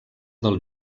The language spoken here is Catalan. del